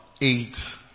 eight